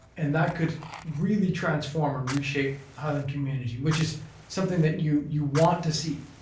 and that could really transform and reshape highland community, which is something that you you want to see,